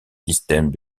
systèmes